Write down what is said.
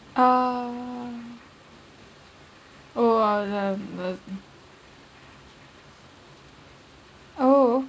um oh oh